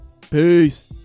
Peace